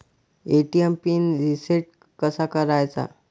ATM pin reset कसा करायचा?